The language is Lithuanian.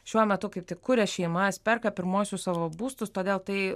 šiuo metu kaip tik kuria šeimas perka pirmuosius savo būstus todėl tai